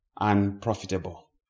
unprofitable